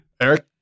Eric